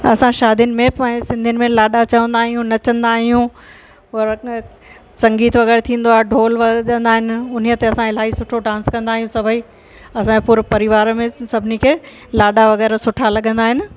असां शादियुनि में पंहिंजे सिंधियुनि में लाॾा चवंदा आहियूं नचंदा आहियूं पर संगीत वग़ैरह थींदो आहे ढोल वॼंदा आहिनि उन ते असां इलाही सुठो डांस कंदा आहियूं सभेई असांजो पूरो परिवार में सभिनी खे लाॾा वग़ैरह सुठा लॻंदा आहिनि